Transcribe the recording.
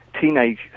teenage